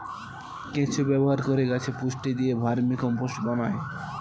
কেঁচো ব্যবহার করে গাছে পুষ্টি দিয়ে ভার্মিকম্পোস্ট বানায়